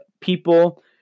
people